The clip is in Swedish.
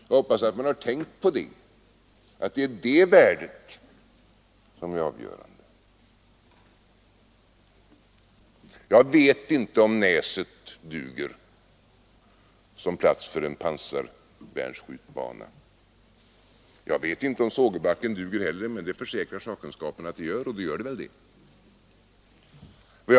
Jag hoppas att man har tänkt på att detta är avgörande. Jag vet inte om Näset duger såsom plats för en pansarvärnsskjutbana. Jag vet inte heller om Sågebackenområdet duger, men det försäkrar sakkunskapen och då är det väl så.